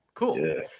Cool